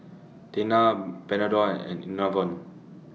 Tena Panadol and Enervon